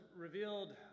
revealed